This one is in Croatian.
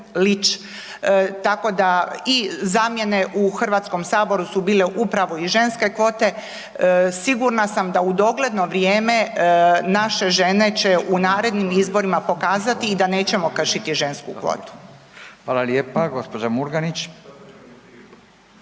tako da i zamjene u Hrvatskom saboru su bile upravo i ženske kvote. Sigurna sam da u dogledno vrijeme naše žene će u narednim izborima pokazati i da nećemo kršiti žensku kvotu. **Radin, Furio